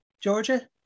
georgia